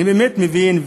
אני באמת מבין,